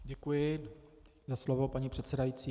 Děkuji za slovo, paní předsedající.